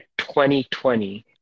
2020